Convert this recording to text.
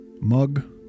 mug